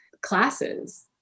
classes